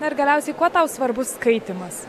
na ir galiausiai kuo tau svarbus skaitymas